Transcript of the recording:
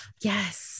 Yes